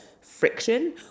friction